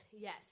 Yes